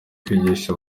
kwigisha